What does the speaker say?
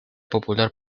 popular